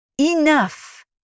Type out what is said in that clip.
Enough